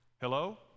Hello